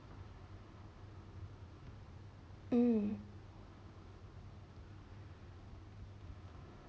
hmm